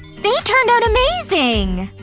they turned out amazing!